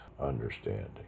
understanding